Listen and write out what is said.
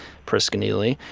priska neely,